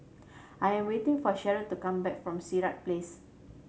I am waiting for Sherron to come back from Sirat Place